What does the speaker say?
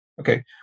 Okay